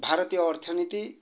ଭାରତୀୟ ଅର୍ଥନୀତି